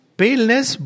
paleness